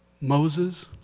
Moses